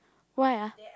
why ah